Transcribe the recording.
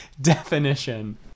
definition